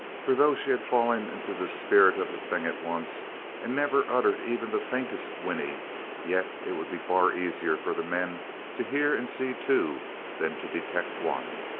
for though she had fallen into the spirit of the thing at once and never uttered even the faintest whinny yet it would be far easier for the men to hear and see two than to detect one.